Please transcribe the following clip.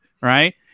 right